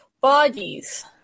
bodies